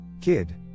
kid